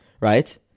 right